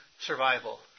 survival